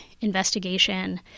investigation